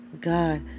God